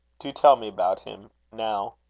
do tell me about him now.